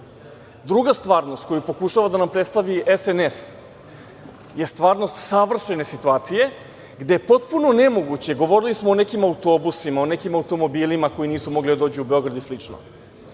stvarnost, koju pokušava da nam predstavi SNS, je stvarnost savršene situacije, gde je potpuno nemoguće, govorili smo o nekim autobusima, o nekim automobilima koji nisu mogli da dođu u Beograd i slično,